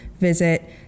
visit